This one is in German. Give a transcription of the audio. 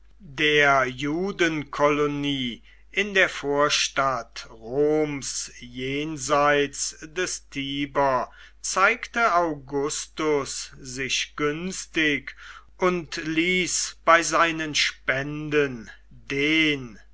der judenkolonie in der vorstadt roms jenseits des tiber zeigte augustus sich günstig und ließ bei seinen spenden den